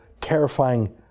terrifying